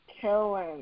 killing